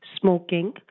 smoking